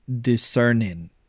discerning